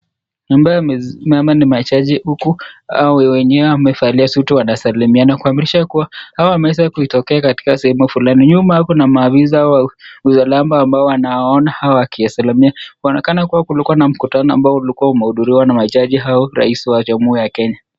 Ambaye wamesimama ni majaji huku wao wengine wamevalia suti wanasalamiana kumaanisha kuwa hawa wameeza kutokea katika sehemu fulani. Nyuma yao kuna maafisa wa usalama ambao wanawaona hawa wakisalimiana. Inaonekana kulikuwa na mkutano ambao ulikuwa umehudhuriwa na majaji hao na rais wa jamuhuri ya kenya.